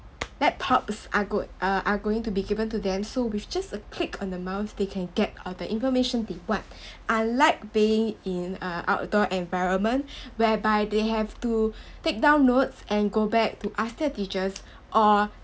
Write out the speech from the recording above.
laptops are good uh are going to be given to them so with just a click on the mouse they can get all the information they want unlike being in uh outdoor environment where by they have to take down notes and go back to ask their teachers or